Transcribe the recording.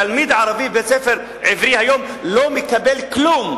תלמיד ערבי בבית-ספר עברי היום לא מקבל כלום.